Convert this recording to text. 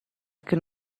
can